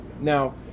Now